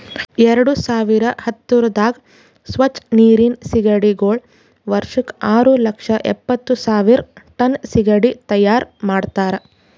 ಎರಡು ಸಾವಿರ ಹತ್ತುರದಾಗ್ ಸ್ವಚ್ ನೀರಿನ್ ಸೀಗಡಿಗೊಳ್ ವರ್ಷಕ್ ಆರು ಲಕ್ಷ ಎಪ್ಪತ್ತು ಸಾವಿರ್ ಟನ್ ಸೀಗಡಿ ತೈಯಾರ್ ಮಾಡ್ತಾರ